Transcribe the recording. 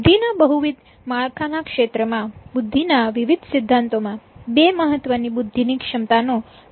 બુદ્ધિ ના બહુવિધ માળખા ના ક્ષેત્રમાં બુદ્ધિના વિવિધ સિદ્ધાંતો માં બે મહત્વની બુદ્ધિની ક્ષમતા નો પરિચય આપ્યો છે